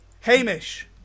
hamish